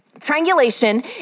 Triangulation